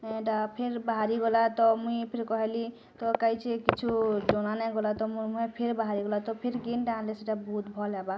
ଏଣ୍ଟା ଫେର୍ ବାହାରି ଗଲା ତ ମୁଇଁ ଫେର୍ କହିଲି ତ କାଇଛେ କିଛୁ ଜମା ନାଇଁ ଗଲା ତ ମୋର୍ ମୁହେଁ ଫେର୍ ବାହାରି ଗଲା ତ ଫେର୍ କିନ୍ଟା ଆଣଲେ ସେଇଟା ବହୁତ୍ ଭଲ୍ ହେବା